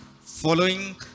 following